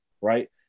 right